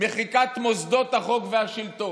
מחיקת מוסדות החוק והשלטון,